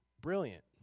Brilliant